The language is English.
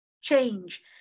change